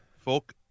folk